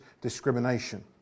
discrimination